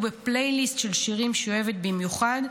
בפלייליסט של שירים שהיא אוהבת במיוחד,